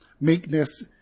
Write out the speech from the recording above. Meekness